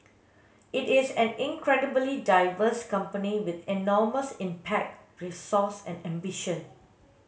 it is an incredibly diverse company with enormous impact resource and ambition